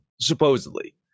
supposedly